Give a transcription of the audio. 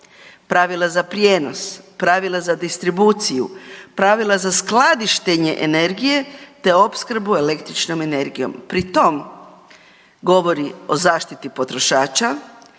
pravila za prijenos, pravila za distribuciju, pravila za skladištenje energije te opskrbu električnom energijom, pri tom govori o zaštiti potrošača,